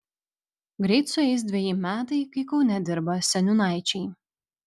greit sueis dveji metai kai kaune dirba seniūnaičiai